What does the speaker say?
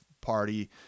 party